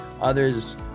others